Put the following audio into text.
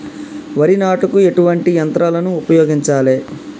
వరి నాటుకు ఎటువంటి యంత్రాలను ఉపయోగించాలే?